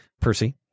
Percy